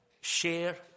Share